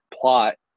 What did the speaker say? plot